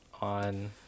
on